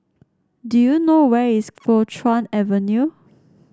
do you know where is Kuo Chuan Avenue